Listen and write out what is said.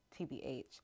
TBH